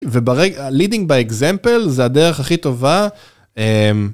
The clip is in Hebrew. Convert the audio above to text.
וברגע-א- leading by example זה הדרך הכי טובה, אמ...